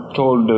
told